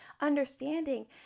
understanding